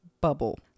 Bubble